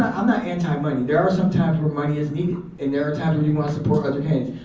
i'm not anti money. there are some times where money is needed and there are times when you want to support other candidates.